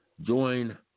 join